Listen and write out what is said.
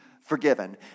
forgiven